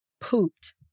pooped